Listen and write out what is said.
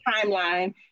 timeline